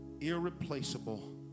irreplaceable